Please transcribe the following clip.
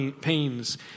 pains